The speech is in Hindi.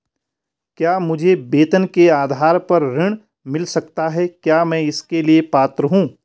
क्या मुझे वेतन के आधार पर ऋण मिल सकता है क्या मैं इसके लिए पात्र हूँ?